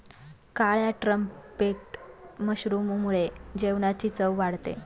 काळ्या ट्रम्पेट मशरूममुळे जेवणाची चव वाढते